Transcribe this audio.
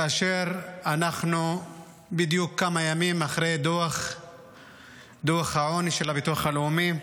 כאשר אנחנו בדיוק כמה ימים אחרי דוח העוני של הביטוח הלאומי.